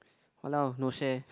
!walao! no share